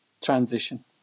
transition